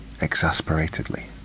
exasperatedly